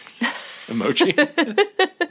emoji